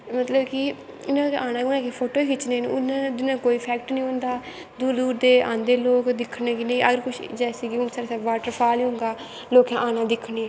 मतलव कि इयां आना कि फोटो गै खिच्चने नै कोई इफैक्ट नी होंदा दूर दूर दे आंदे लोग दिक्खनें कि नेंई जैसे कि हुन साढ़ै बाटर फाल होंदा लोकैं आना दिक्खनें गी